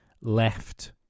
left